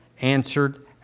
answered